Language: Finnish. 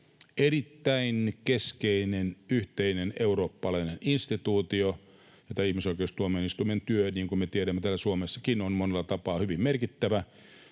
Erittäin keskeinen, yhteinen eurooppalainen instituutio, ja tämä ihmisoikeustuomioistuimen työ, niin kuin me tiedämme täällä Suomessakin, on monella tapaa hyvin merkittävä.